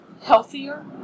healthier